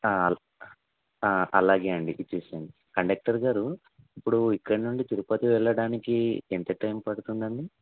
అలా అలాగే అండి ఇచ్చేసేయండి కండక్టర్ గారు ఇప్పుడు ఇక్కడి నుండి తిరుపతికి వెళ్ళడానికి ఎంత టైం పడుతుంది అండి